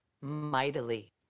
mightily